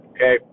Okay